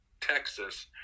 Texas